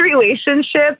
relationship